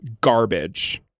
garbage